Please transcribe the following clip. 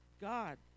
God